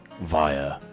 via